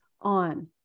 on